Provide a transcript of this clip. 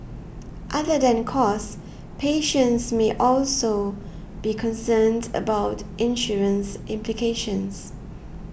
other than cost patients may also be concerned about insurance implications